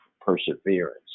perseverance